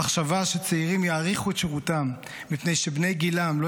המחשבה שצעירים יאריכו את שירותם מפני שבני גילם לא